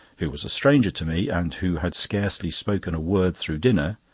who was a stranger to me, and who had scarcely spoken a word through dinner,